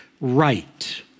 right